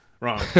Wrong